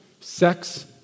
sex